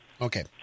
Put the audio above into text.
Okay